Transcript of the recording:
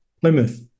Plymouth